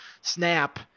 snap –